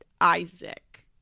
Isaac